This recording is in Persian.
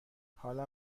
حالا